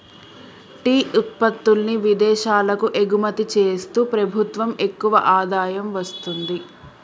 tea ఉత్పత్తుల్ని విదేశాలకు ఎగుమతి చేస్తూ ప్రభుత్వం ఎక్కువ ఆదాయం వస్తుంది